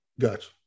Gotcha